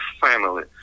family